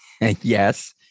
Yes